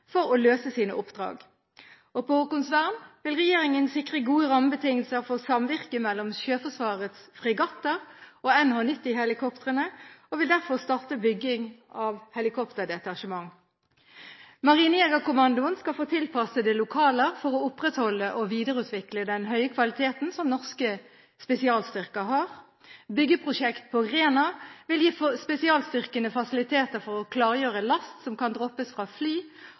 for å løse sine oppdrag. På Haakonsvern vil regjeringen sikre gode rammebetingelser for samvirke mellom Sjøforsvarets fregatter og NH90-helikoptrene og vil derfor starte bygging av helikopterdetasjement. Marinejegerkommandoen skal få tilpassede lokaler for å opprettholde og videreutvikle den høye kvaliteten som norske spesialstyrker har. Byggeprosjektet på Rena vil gi spesialstyrkene fasiliteter for å klargjøre last som kan droppes fra fly